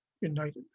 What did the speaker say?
united